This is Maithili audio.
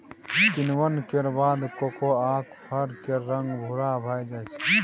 किण्वन केर बाद कोकोआक फर केर रंग भूरा भए जाइ छै